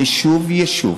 יישוב-יישוב,